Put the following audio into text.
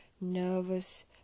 nervous